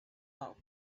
bulk